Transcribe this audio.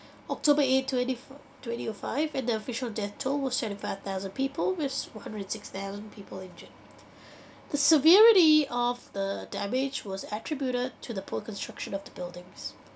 october eight twenty four twenty o five and the official death toll was seventy five thousand people with one hundred and six thousand people injured the severity of the damage was attributed to the poor construction of the buildings